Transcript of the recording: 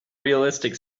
realistic